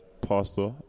pastor